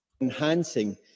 Enhancing